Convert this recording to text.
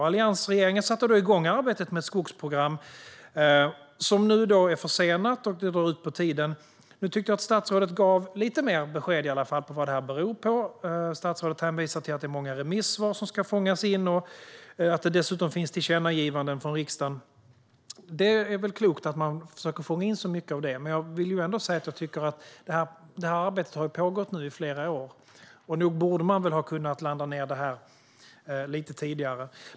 Alliansregeringen satte igång arbetet med ett skogsprogram, som nu är försenat och drar ut på tiden. Nu tyckte jag att statsrådet i alla fall gav lite mer besked om vad detta beror på. Han hänvisar till att det är många remissvar som ska fångas in och att det dessutom finns tillkännagivanden från riksdagen. Det är väl klokt att man försöker att fånga in mycket av det. Men arbetet har ändå pågått i flera år nu, och nog borde man väl ha kunnat landa ned detta lite tidigare.